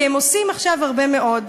כי הם עושים עכשיו הרבה מאוד.